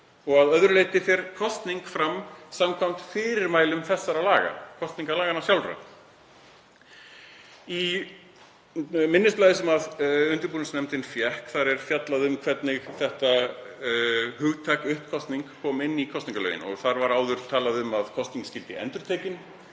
og „að öðru leyti fer kosning fram samkvæmt fyrirmælum þessara laga“. Í minnisblaði sem undirbúningsnefndin fékk er fjallað um hvernig þetta hugtak uppkosning kom inn í kosningalögin en þar var áður talað um að kosning skyldi endurtekin.